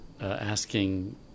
asking